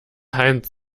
heinz